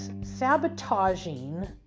sabotaging